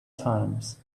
times